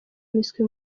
miswi